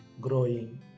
growing